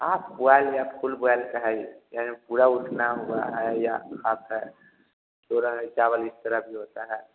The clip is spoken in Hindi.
हाँ बॉइल में फुल बॉइल का है यह पूरा उतना हुआ है या हाफ है पूरा यह चावल इस तरह भी होता है